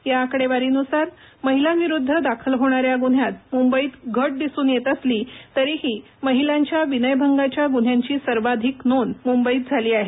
या आकडेवारीनुसार महिलांविरुद्ध दाखल होणाऱ्या गुन्ह्यात मुंबईत घट दिसून येत असली तरीही महिलांच्या विनयभंगाच्या गुन्हांची सर्वाधिक नोंद मुंबईत झाली आहे